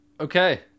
Okay